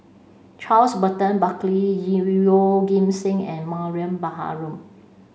Charles Burton Buckley Yeoh Ghim Seng and Mariam Baharom